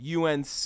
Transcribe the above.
UNC